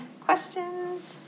questions